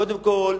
קודם כול,